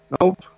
Nope